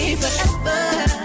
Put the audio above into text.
forever